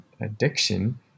addiction